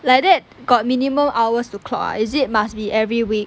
like that got minimum hours to clock ah is it must be every week